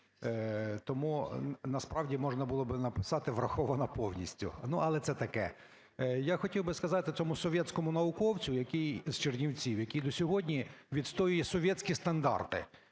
Тому насправді можна було би написати "врахована повністю". Ну, але це таке! Я хотів би сказати цьому "совєцькому" науковцю, який із Чернівців, який до сьогодні відстоює "совєцькі" стандарти.